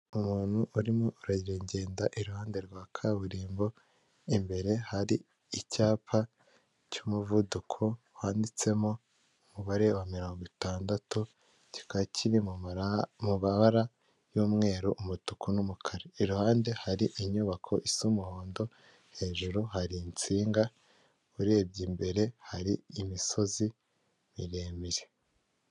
Umuntu urimo aragenda iruhande rwa kaburimbo imbere hari icyapa cy'umuvuduko wanditsemo umubare wa mirongo itandatu, kikaba kiri mu mabara mu mabara y'umweru umutuku n'umukara, iruhande hari inyubako z'umuhondo hejuru hari insinga urebye imbere hari imisozi miremire.